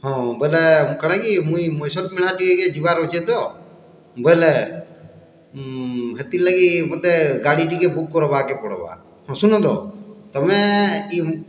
ହଁ ବୋଲେ କ'ଣ କି ମୁଇଁ ମୁଇସଲ୍ ମେଳା ଟିକେ ଯିବାର୍ ଅଛି ତ ବଇଲେ ହେତିର୍ ଲାଗି ମୋତେ ଗାଡ଼ି ଟିକେ ବୁକ୍ କର୍ବାକେ ପଡ଼୍ବା ହଁ ସୁନ ତ ତମେ ଇ